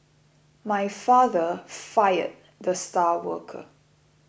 my father fired the star worker